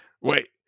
wait